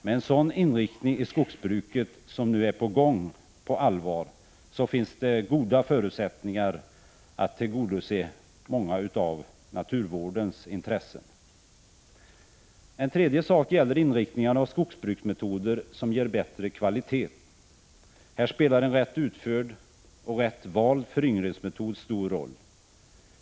Med en sådan inriktning i skogsbruket som nu är i gång på allvar finns det goda förutsättningar att tillgodose många av naturvårdens intressen. En tredje sak gäller inriktningen mot skogsbruksmetoder som ger bättre kvalitet. Här spelar en rätt utförd och rätt vald föryngringsmetod stor roll.